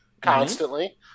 constantly